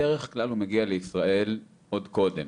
בדרך כלל הוא מגיע לישראל עוד קודם.